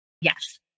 Yes